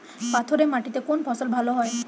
পাথরে মাটিতে কোন ফসল ভালো হয়?